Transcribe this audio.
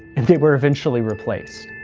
and they were eventually replaced.